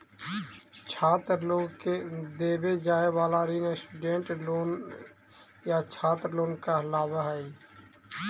छात्र लोग के देवे जाए वाला ऋण स्टूडेंट लोन या छात्र लोन कहलावऽ हई